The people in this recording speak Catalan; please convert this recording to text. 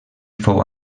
fou